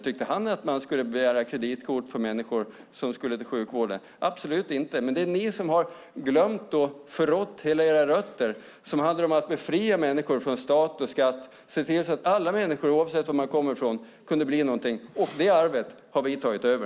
Tyckte han att man skulle begära kreditkort från människor som skulle till sjukvården? Absolut inte, men det är ni som har glömt och förrått era rötter som handlade om att befria människor från stat och skatt och se till att alla människor, oavsett var man kom ifrån, kunde bli någonting. Det arvet har vi tagit över.